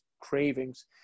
cravings